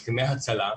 הסכמה הצלה,